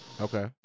Okay